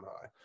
high